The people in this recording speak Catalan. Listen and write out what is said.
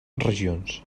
regions